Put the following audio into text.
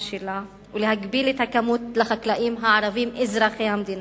של המים ולהגביל את הכמות לחקלאים הערבים אזרחי המדינה.